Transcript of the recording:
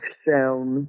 sound